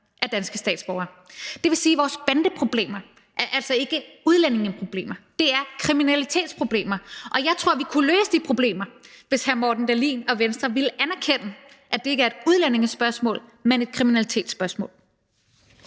er danske statsborgere. Det vil sige, at vores bandeproblemer altså ikke er udlændingeproblemer; det er kriminalitetsproblemer. Og jeg tror, at vi ville kunne løse de problemer, hvis hr. Morten Dahlin og Venstre ville anerkende, at det ikke er et udlændingespørgsmål, men at det er et kriminalitetsspørgsmål.